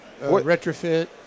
retrofit